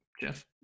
Jeff